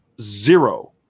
Zero